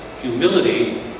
humility